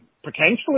potentially